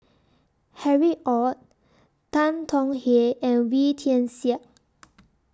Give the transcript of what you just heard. Harry ORD Tan Tong Hye and Wee Tian Siak